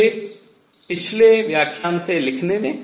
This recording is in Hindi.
मुझे पिछले व्याख्यान से लिखने दें